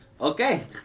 Okay